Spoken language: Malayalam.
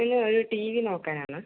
ഇന്ന് ഒരു ടി വി നോക്കാൻ ആണ്